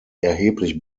erheblich